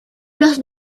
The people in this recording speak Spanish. los